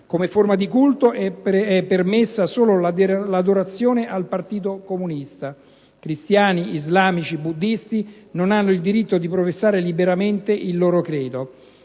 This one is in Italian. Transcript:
Come forma di culto è ammessa solo l'adorazione verso il partito comunista. Cristiani, islamici, buddisti non hanno il diritto di professare liberamente il loro credo.